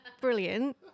brilliant